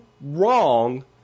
wrong